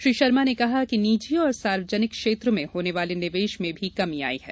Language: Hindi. श्री शर्मा ने कहा कि निजी और सार्वजनिक क्षेत्र में होने वाले निवेश में भी कमी आई है